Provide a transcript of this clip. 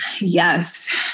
Yes